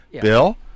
Bill